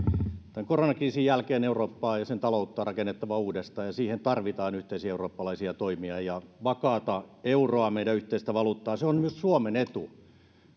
tämän koronakriisin jälkeen eurooppaa ja sen taloutta on rakennettava uudestaan ja siihen tarvitaan yhteisiä eurooppalaisia toimia ja vakaata euroa meidän yhteistä valuuttaa se on myös suomen etu